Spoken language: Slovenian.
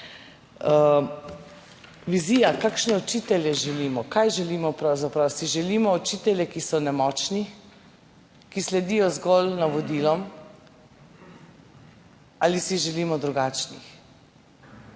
vizija, kakšne učitelje želimo, kaj želimo. Pravzaprav si želimo učitelje, ki so nemočni, ki sledijo zgolj navodilom. Ali si želimo drugačnih?